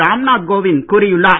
ராம் நாத் கோவிந்த கூறியுள்ளார்